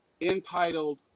entitled